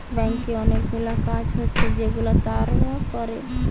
ব্যাংকে অনেকগুলা কাজ হচ্ছে যেগুলা তারা করে